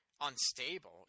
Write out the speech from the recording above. unstable